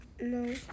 No